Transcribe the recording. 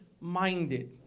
minded